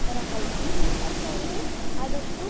ಥರ ಕಲಿಸಿ ಮತ್ತು ಅವರಿಗೆ ಆದಷ್ಟು